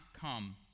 come